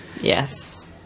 Yes